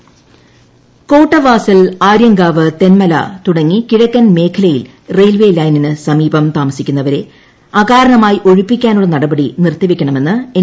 ഒഴിപ്പിക്കൽ നടപടി കൊല്ലം കോട്ടവാസൽ ആര്യങ്കാവ് തെന്മല തുടങ്ങി കിഴക്കൻ മേഖലയിൽ റെയിൽവേ ലൈനിനു സമീപം താമസിക്കുന്നവരെ അകാരണമായി ഒഴിപ്പിക്കാനുളള നടപടി നിർത്തിവയ്ക്കണമെന്ന് എൻ